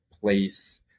place